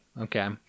Okay